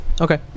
Okay